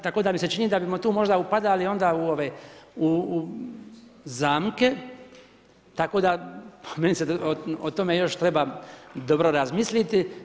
Tako da mi se čini da bimo tu možda upadali onda u ove, u zamke tako da, meni se o tome još treba dobro razmisliti.